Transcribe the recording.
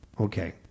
Okay